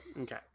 Okay